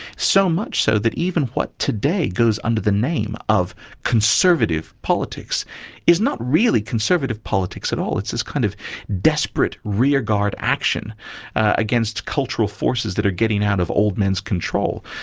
so much so that even what today goes under the name of conservative politics is not really conservative politics at all, it's this kind of desperate rear-guard action against cultural forces that are getting out of old men's control.